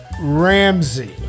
Ramsey